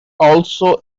also